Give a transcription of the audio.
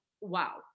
wow